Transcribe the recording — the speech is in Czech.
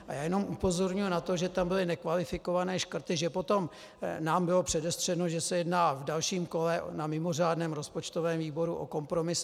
Já jenom upozorňuji na to, že tam byly nekvalifikované škrty, že potom nám bylo předestřeno, že se jedná v dalším kole na mimořádném rozpočtovém výboru o kompromis.